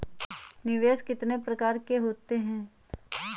निवेश कितनी प्रकार के होते हैं?